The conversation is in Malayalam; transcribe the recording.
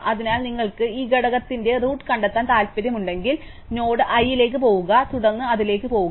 അതിനാൽ നിങ്ങൾക്ക് ഈ ഘടകത്തിന്റെ റൂട്ട് കണ്ടെത്താൻ താൽപ്പര്യമുണ്ടെങ്കിൽ നോഡ് i ലേക്ക് പോകുക തുടർന്ന് അതിലേക്ക് പോകുക